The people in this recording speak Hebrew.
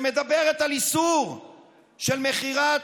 שמדברת על איסור של מכירת,